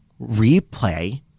replay